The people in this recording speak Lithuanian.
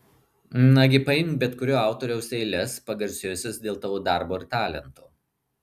nagi paimk bet kurio autoriaus eiles pagarsėjusias dėl tavo darbo ir talento